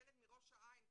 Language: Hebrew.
ילד מראש העין,